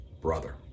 brother